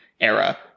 era